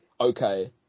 okay